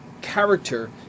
character